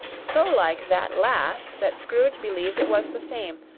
so like that last that scrooge believed it was the same,